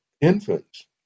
infants